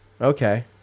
Okay